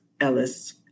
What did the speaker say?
Ellis